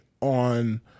on